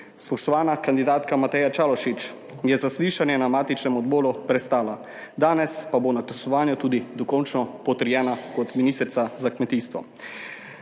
Spoštovana kandidatka Mateja Čalušić je zaslišanje na matičnem odboru prestala, danes pa bo na glasovanju tudi dokončno potrjena kot ministrica za kmetijstvo.